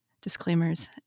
Disclaimers